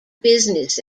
business